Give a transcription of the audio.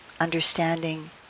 understanding